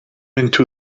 into